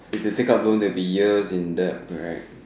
if you take up loan it'll be years in debt right